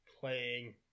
playing